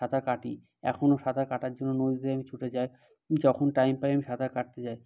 সাঁতার কাটি এখনও সাঁতার কাটার জন্য নদীতে আমি ছুটে যাই যখন টাইম পাই আমি সাঁতার কাটতে যাই